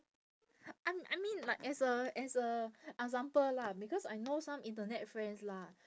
I I mean like as a as a example lah because I know some internet friends lah